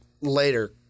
later